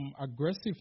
aggressive